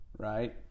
Right